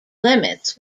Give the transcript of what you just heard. limits